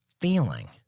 feeling